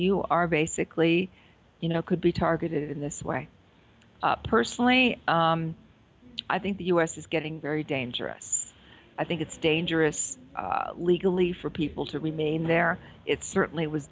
you are basically you know could be targeted in this way personally i think the us is getting very dangerous i think it's dangerous legally for people to remain there it certainly was